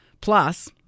Plus